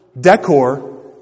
decor